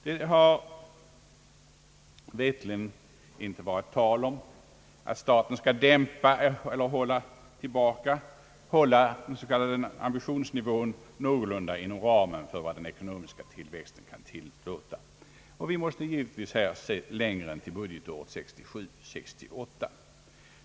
Det har i kompletteringspropositionen veterligt inte varit tal om att staten skall dämpa eller hålla den s.k. ambitionsnivån någorlunda inom ramen för vad den ekonomiska tillväxten kan tillåta. Vi måste givetvis se längre än till budgetåret 1967/68.